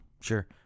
Sure